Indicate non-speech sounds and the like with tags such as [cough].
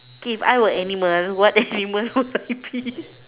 K if I were animal what animal would I [laughs] be